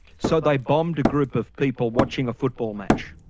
so they bombed a group of people watching a football match?